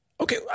Okay